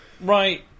Right